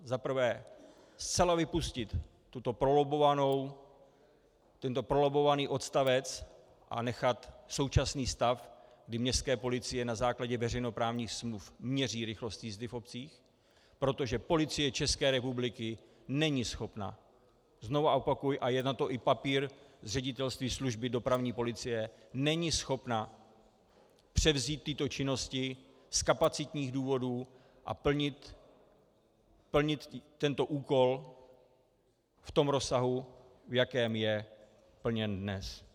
Za prvé, zcela vypustit tento prolobbovaný odstavec a nechat současný stav, kdy městské policie na základě veřejnoprávních smluv měří rychlost jízdy v obcích, protože Policie České republiky není schopna, znovu opakuji, a je na to i papír z Ředitelství služby dopravní policie, není schopna převzít tyto činnosti z kapacitních důvodů a plnit tento úkol v tom rozsahu, v jakém je plněn dnes.